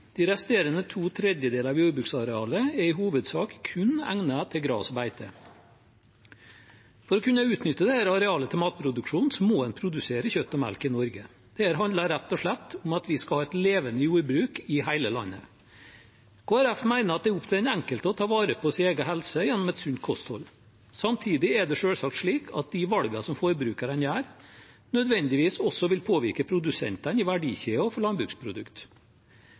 De resterende to tredjedeler av jordbruksarealet er i hovedsak kun egnet til gras og beite. For å kunne utnytte dette arealet til matproduksjon må en produsere kjøtt og melk i Norge. Dette handler rett og slett om at vi skal ha et levende jordbruk i hele landet. Kristelig Folkeparti mener at det er opp til den enkelte å ta vare på sin egen helse gjennom et sunt kosthold. Samtidig er det selvsagt slik at de valgene som forbrukerne gjør, nødvendigvis også vil påvirke produsentene i verdikjeden for